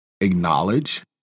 acknowledge